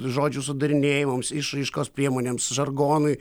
žodžių sudarinėjimams išraiškos priemonėms žargonui